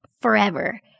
forever